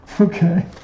Okay